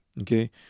okay